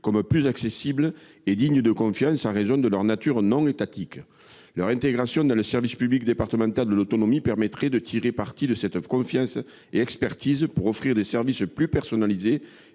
comme plus accessibles et dignes de confiance en raison de leur nature non étatique. Leur intégration dans le service public départemental de l’autonomie permettrait de tirer parti de cette confiance et de cette expertise, pour offrir des services plus personnalisés